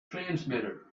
transmitter